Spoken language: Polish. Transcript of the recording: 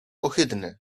ohydne